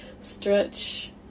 stretch